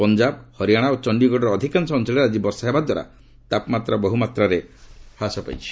ପଞ୍ଜାବ ହରିଆନା ଓ ଚଣ୍ଡିଗଡ଼ର ଅଧିକାଂଶ ଅଞ୍ଚଳରେ ଆଜି ବର୍ଷା ହେବା ଦ୍ୱାରା ତାପମାତ୍ରା ବହୁ ମାତ୍ରାରେ ହ୍ରାସ ପାଇଛି